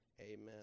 amen